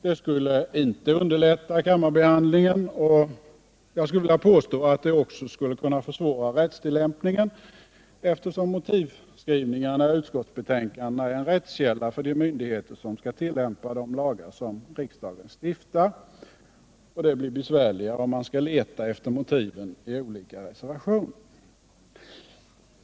Det skulle inte underlätta kammarbehandlingen. Jag vill också påstå att det skulle kunna försvåra rättstillämpningen, eftersom motivskrivningarna i utskottsbetänkandena är en rättskälla för de myndigheter som skall tillämpa de lagar som riksdagen stiftar. Det skulle bli besvärligare om man tvingades leta efter motiven i olika reservationer.